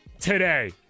today